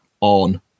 on